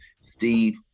Steve